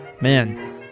Man